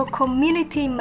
community